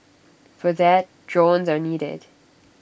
for that drones are needed